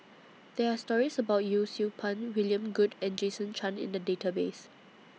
There Are stories about Yee Siew Pun William Goode and Jason Chan in The Database